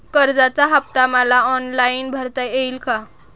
कर्जाचा हफ्ता मला ऑनलाईन भरता येईल का?